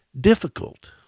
difficult